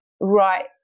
right